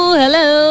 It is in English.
hello